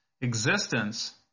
existence